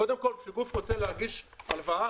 קודם כל כשגוף רוצה לבקש הלוואה,